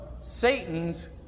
Satan's